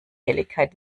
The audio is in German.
helligkeit